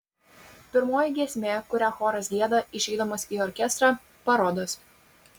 pirmoji giesmė kurią choras gieda išeidamas į orchestrą parodas